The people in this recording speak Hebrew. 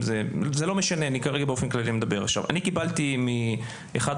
אני מדבר עכשיו באופן